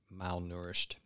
malnourished